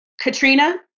Katrina